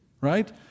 right